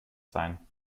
sein